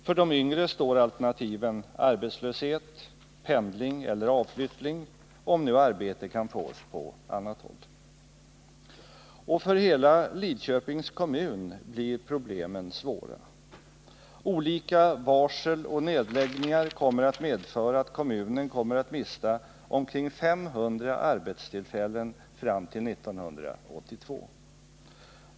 För de yngre är alternativen arbetslöshet, pendling eller avflyttning — om nu arbete kan fås på annat håll. För hela Lidköpings kommun blir problemen svåra. Olika varsel och nedläggningar kommer att medföra att kommunen mister omkring 500 arbetstillfällen fram till 1982.